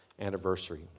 anniversary